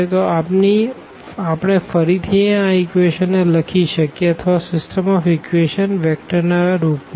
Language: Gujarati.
તો આપણે ફરીથી આ ઇક્વેશન ને લખી શકીએ અથવા સીસ્ટમ ઓફ ઇકવેશંસ વેક્ટર ના રૂપ માં